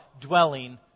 dwelling